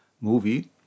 movie